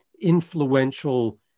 influential